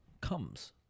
comes